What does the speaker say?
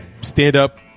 stand-up